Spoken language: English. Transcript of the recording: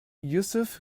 yusuf